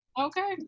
okay